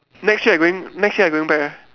next year you going next year going back where